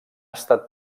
estat